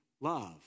love